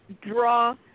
draw